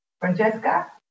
Francesca